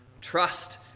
Trust